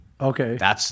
Okay